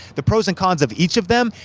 the pros and cons of each of them,